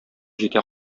җитә